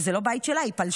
כי זה לא בית שלה, היא פלשה,